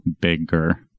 bigger